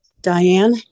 Diane